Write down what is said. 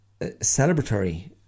celebratory